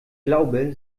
glaube